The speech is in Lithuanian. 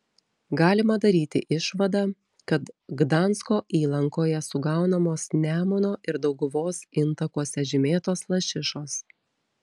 galima daryti išvadą kad gdansko įlankoje sugaunamos nemuno ir dauguvos intakuose žymėtos lašišos